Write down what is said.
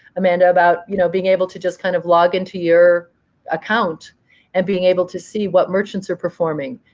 amanda, about you know being able to just kind of log into your account and being able to see what merchants are performing.